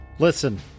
Listen